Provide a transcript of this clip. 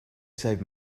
save